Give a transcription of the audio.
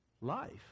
life